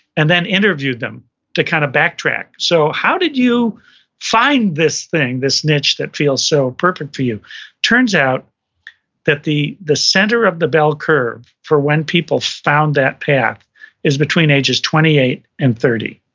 and then interviewed them to kind of backtrack. so how did you find this thing, this niche that feels so perfect for you? it turns out that the the center of the bell curve for when people found that path is between ages twenty eight and thirty.